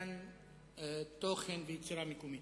למתן תוכן ויצירה מקומית,